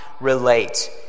relate